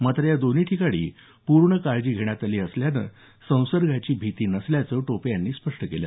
मात्र या दोन्ही ठिकाणी पूर्ण काळजी घेण्यात आली असल्यानं संसर्गाची भीती नसल्याचं टोपे यांनी सांगितलं